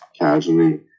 casually